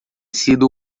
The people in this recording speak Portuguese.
sido